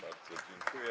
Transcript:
Bardzo dziękuję.